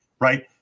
right